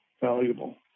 valuable